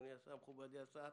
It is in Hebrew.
מכובדי השר,